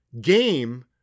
game